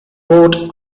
port